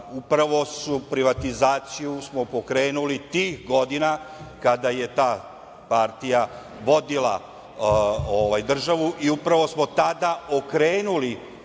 upravo smo privatizaciju pokrenuli tih godina kada je ta partija vodila državu i upravo smo tada okrenuli